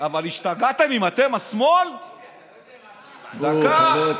אבל השתגעתם, אם אתם, השמאל, דודי, אתה לא יודע אם